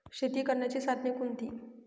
शेती करण्याची साधने कोणती?